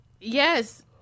Yes